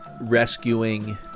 rescuing